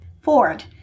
Ford